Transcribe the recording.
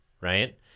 right